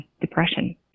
depression